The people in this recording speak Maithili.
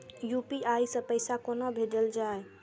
यू.पी.आई सै पैसा कोना भैजल जाय?